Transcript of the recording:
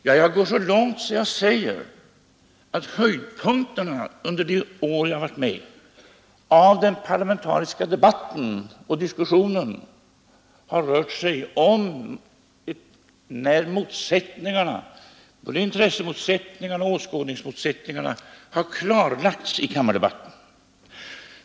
Ja, jag går så långt att jag säger att höjdpunkterna, under de år jag varit med i den parlamentariska debatten och diskussionen, har varit när motsättningarna — intressemotsättningarna och åskådningsmotsättningarna — har klarlagts i kammardebatten.